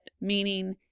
meaning